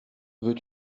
veux